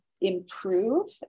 improve